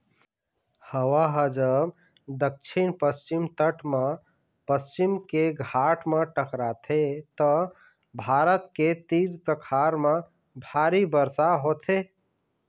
हवा ह जब दक्छिन पस्चिम तट म पश्चिम के घाट म टकराथे त भारत के तीर तखार म भारी बरसा होथे